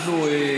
אנחנו,